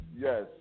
yes